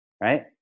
Right